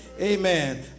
Amen